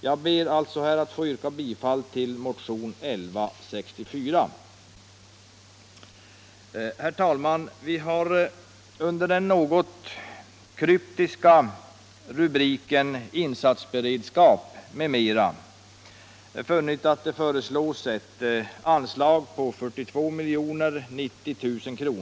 Jag ber att få yrka bifall till motionen 1164. Herr talman! Vi har funnit att det under den något kryptiska rubriken Insatsberedskap m.m. har föreslagits ett anslag på 42 090 000 kr.